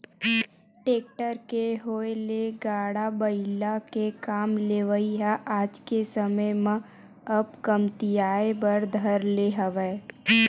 tractor के होय ले गाड़ा बइला ले काम लेवई ह आज के समे म अब कमतियाये बर धर ले हवय